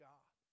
God